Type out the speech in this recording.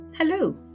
Hello